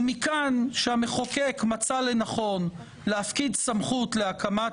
ומכאן שהמחוקק מצא לנכון להפקיד סמכות להקמת